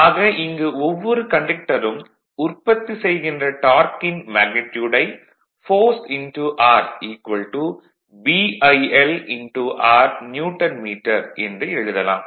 ஆக இங்கு ஒவ்வொரு கண்டக்டரும் உற்பத்தி செய்கின்ற டார்க் கின் மேக்னிட்யூடை ஃபோர்ஸ் r r Nm என்று எழுதலாம்